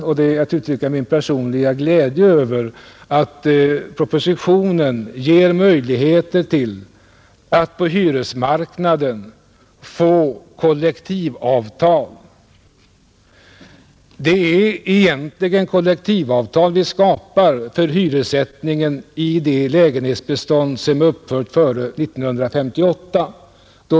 Jag vill uttrycka min personliga glädje över att propositionen ger möjligheter till att på hyresmarknaden få kollektivavtal. Det är egentligen kollektivavtal vi skapar för hyressättningen i det lägenhetsbestånd som är uppfört före 1958.